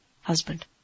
husband